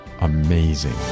amazing